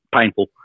painful